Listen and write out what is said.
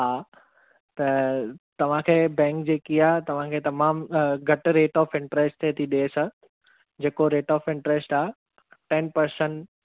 हा त तव्हां खे बैंक जेकी आहे तव्हांखे तमाम घटि रेट ऑफ इंटरेस्ट ते थी ॾे सर जेको रेट ऑफ इंटरेस्ट आहे टेन परसेंट